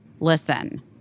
Listen